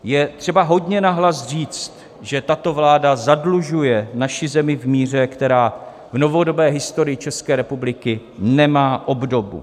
Je třeba hodně nahlas říct, že tato vláda zadlužuje naši zemi v míře, která v novodobé historii České republiky nemá obdobu.